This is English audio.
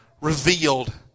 revealed